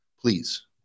please